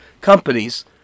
companies